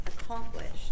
accomplished